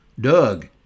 Doug